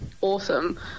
awesome